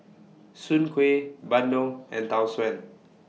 Soon Kuih Bandung and Tau Suan